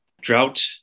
drought